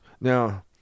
Now